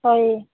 ହଇ